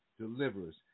delivers